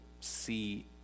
see